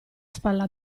spalla